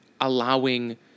allowing